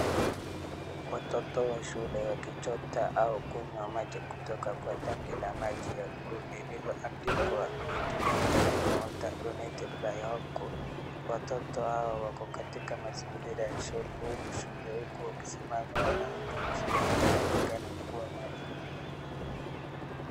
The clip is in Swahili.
Watoto wa shule wakichota au kunywa maji kutoka kwa tanki la maji ya buluu lililoandikwa. We drink clean Water Donated by Hopecore . Watoto hao wako katika mazingira ya shule huku shule, huku wakisimamiwa na mtu mzima anayeonekana kuwa mwalimu.